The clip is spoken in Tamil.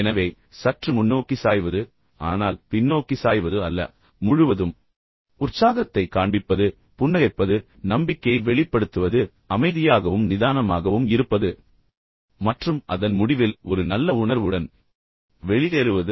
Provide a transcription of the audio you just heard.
எனவே சற்று முன்னோக்கி சாய்வது ஆனால் பின்னோக்கி சாய்வது அல்ல முழுவதும் உற்சாகத்தைக் காண்பிப்பது புன்னகைப்பது நம்பிக்கையை வெளிப்படுத்துவது அமைதியாகவும் நிதானமாகவும் இருப்பது மற்றும் அதன் முடிவில் ஒரு நல்ல உணர்வுடன் வெளியேறுவது